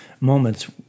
moments